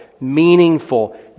meaningful